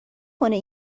کنه